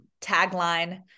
tagline